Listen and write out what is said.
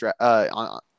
on